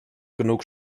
genug